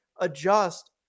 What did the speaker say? adjust